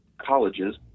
colleges